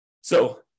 So-